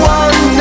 one